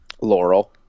Laurel